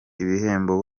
ibihembo